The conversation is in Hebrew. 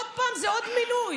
עוד פעם, זה עוד מינוי.